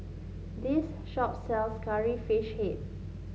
this shop sells Curry Fish Head